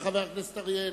חבר הכנסת אריאל.